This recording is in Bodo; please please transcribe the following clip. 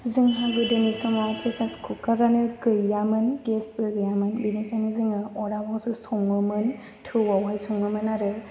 जोंहा गोदोनि समाव फ्रेसार खुखारआनो गैयामोन गेसबो गैयामोन बेनिखायनो जोङो अरदाबावसो सङोमोन थौआवहाय सङोमोन आरो